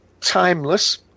Timeless